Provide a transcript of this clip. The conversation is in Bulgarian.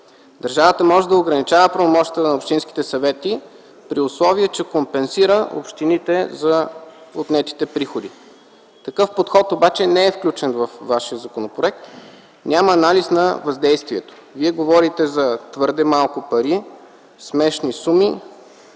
Държавата може да ограничава правомощията на общинските съвети, при условие че компенсира общините за отнетите приходи. Такъв подход обаче не е включен във вашия законопроект. Няма анализ на въздействието. Вие говорите за твърде малко пари, смешни суми,